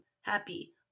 happy